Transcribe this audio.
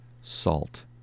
salt